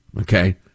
okay